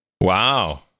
Wow